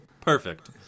Perfect